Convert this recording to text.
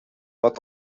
but